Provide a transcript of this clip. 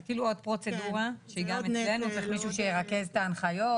זה כאילו עוד פרוצדורה שגם אצלנו צריך מישהו שירכז את ההנחיות.